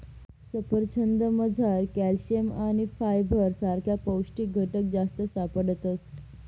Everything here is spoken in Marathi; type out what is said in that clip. सफरचंदमझार कॅल्शियम आणि फायबर सारखा पौष्टिक घटक जास्त सापडतस